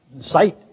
Sight